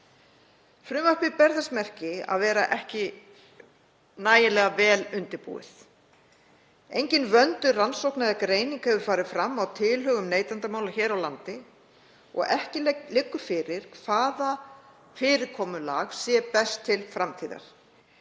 Frumvarpið ber þess merki að vera ekki vel undirbúið. Engin vönduð rannsókn eða greining hefur farið fram á tilhögun neytendamála hér á landi og ekki liggur fyrir hvaða fyrirkomulag sé best til framtíðar.